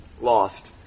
lost